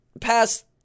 past